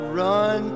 run